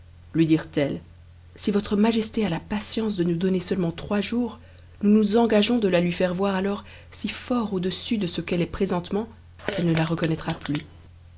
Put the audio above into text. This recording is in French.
lui dirent-elles si votre majesté a la patience de nous donner seulement trois jours nous nous engageons de la lui faire voir alors si fort au-dessus de ce qu'elle est présentement qu'elle ne la reconnattra plus